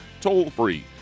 toll-free